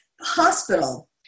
hospital